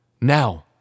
Now